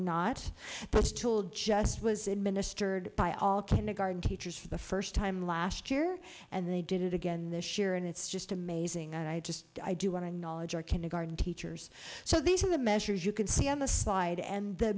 still just was administered by all kindergarten teachers for the first time last year and they did it again this year and it's just amazing and i just i do want to knowledge are kindergarten teachers so these are the measures you can see on the slide and the